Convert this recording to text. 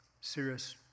serious